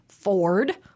Ford